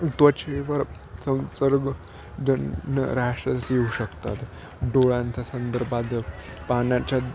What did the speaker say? त्वचेवर संसर्गजन्य रॅशेस येऊ शकतात डोळ्यांचा संदर्भात पाण्याच्या